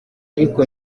ariko